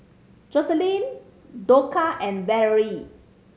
Joselin Dorcas and Valerie